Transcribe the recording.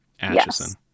Atchison